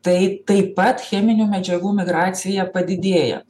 tai taip pat cheminių medžiagų migracija padidėja